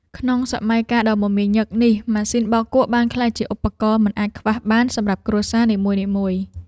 ក្នុងសម័យកាលដ៏មមាញឹកនេះ ម៉ាស៊ីនបោកគក់បានក្លាយជាឧបករណ៍មិនអាចខ្វះបានសម្រាប់គ្រួសារនីមួយៗ។